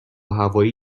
هوایی